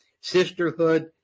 sisterhood